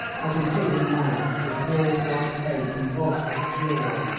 i can see him now, his broad white face convulsed with fury,